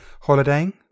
holidaying